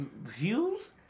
views